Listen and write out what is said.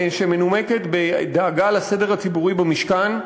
שמנומקת בדאגה לסדר הציבורי במשכן,